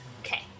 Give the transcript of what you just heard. Okay